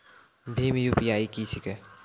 भीम UPI की छीके?